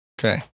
Okay